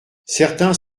certains